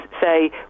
say